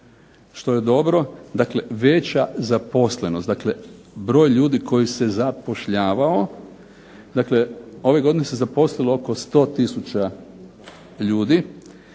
što je dobro. Dakle, veća zaposlenost, dakle broj ljudi koji se zapošljavao. Ove godine se zaposlilo oko 100 tisuća ljudi